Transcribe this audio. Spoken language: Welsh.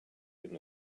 hyn